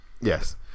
Yes